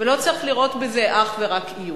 ולא צריך לראות בזה אך ורק איום.